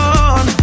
on